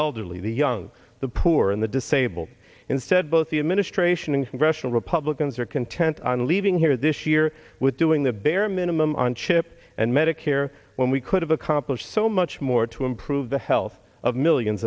elderly the young the poor and the disabled instead both the administration and congressional republicans are content on leaving here this year with doing the bare minimum on chip and medicare when we could have accomplished so much more to improve the health of millions